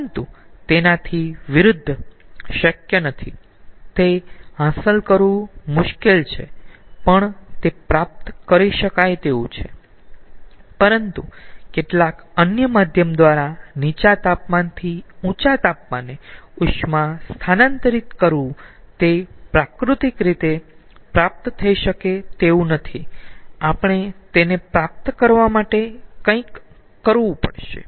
પરંતુ તેનાથી વિરુદ્ધ શક્ય નથી તે હાંસલ કરવુ મુશ્કેલ છે પણ તે પ્રાપ્ત કરી શકાય તેવુ છે પરંતુ કેટલાક અન્ય માધ્યમ દ્વારા નીચા તાપમાનથી ઊંચા તાપમાને ઉષ્મા સ્થાનાંતરિત કરવું તે પ્રાકૃતિક રીતે પ્રાપ્ત થઈ શકે તેવુ નથી આપણે તેને પ્રાપ્ત કરવા માટે કંઈક કરવુ પડશે